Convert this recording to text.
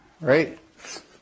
right